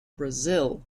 brazil